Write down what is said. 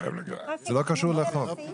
זה לא קשור לחוק.